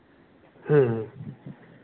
हाँ हाँ